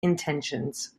intentions